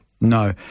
No